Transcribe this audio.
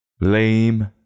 Lame